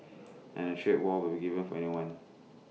and A trade war wouldn't given for anyone